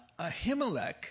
ahimelech